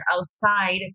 outside